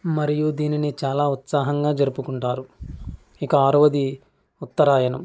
మరియు దీనిని చాలా ఉత్సాహంగా జరుపుకుంటారు ఇక ఆరవది ఉత్తరాయణం